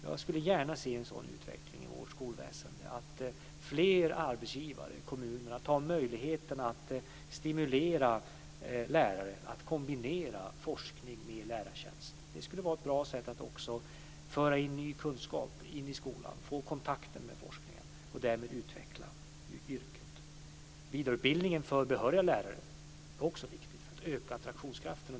Jag skulle gärna vilja se en sådan utveckling i vårt skolväsende att flera arbetsgivare - kommuner - tar chansen att stimulera lärare att kombinera forskning med lärartjänst. Det skulle också vara ett bra sätt att föra in ny kunskap i skolan, att få kontakten med forskningen, och därmed utveckla yrket. Vidareutbildningen för behöriga lärare är också viktig för att öka attraktionskraften.